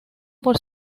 por